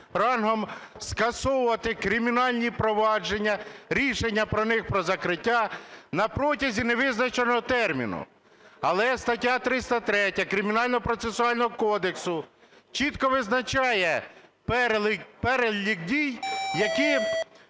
рангом скасовувати кримінальні провадження, рішення про них про закриття на протязі невизначеного терміну. Але стаття 303 Кримінального процесуального кодексу чітко визначає перелік дій, які